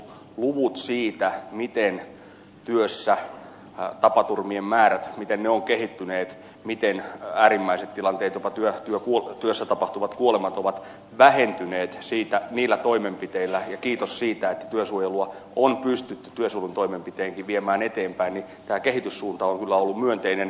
luvut siitä miten työtapaturmien määrät ovat kehittyneet miten äärimmäiset tilanteet jopa työssä tapahtuvat kuolemat ovat vähentyneet kertovat että niiden toimenpiteiden ansiosta ja kiitos sen että työsuojelua on pystytty työsuojelutoimenpiteinkin viemään eteenpäin tämä kehityssuunta on kyllä ollut myönteinen